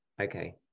Okay